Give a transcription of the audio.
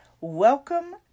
welcome